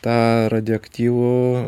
tą radioaktyvų